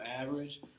average